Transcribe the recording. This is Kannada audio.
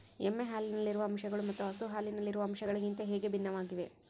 ಎಮ್ಮೆ ಹಾಲಿನಲ್ಲಿರುವ ಅಂಶಗಳು ಮತ್ತು ಹಸು ಹಾಲಿನಲ್ಲಿರುವ ಅಂಶಗಳಿಗಿಂತ ಹೇಗೆ ಭಿನ್ನವಾಗಿವೆ?